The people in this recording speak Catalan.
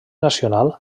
nacional